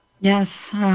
Yes